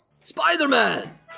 Spider-Man